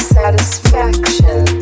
Satisfaction